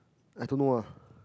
I don't know ah